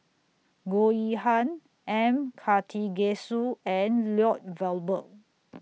Goh Yihan M Karthigesu and Lloyd Valberg